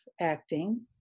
acting